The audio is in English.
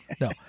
no